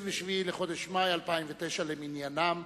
27 לחודש מאי 2009 למניינם.